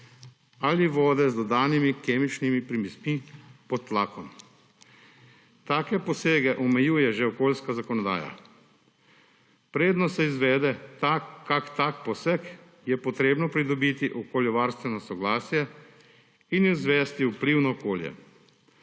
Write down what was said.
ali vode z dodanimi kemičnimi primesmi pod tlakom. Take posege omejuje že okoljska zakonodaja. Predno se izvede kakšen tak poseg, je potrebno pridobiti okoljevarstveno soglasje in izvesti vplivno okolje.